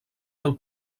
del